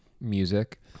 music